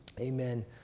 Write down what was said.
amen